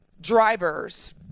drivers